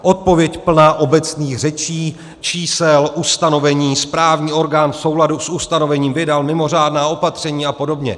Odpověď plná obecných řečí, čísel, ustanovení, správní orgán v souladu s ustanovením vydal mimořádná opatření a podobně.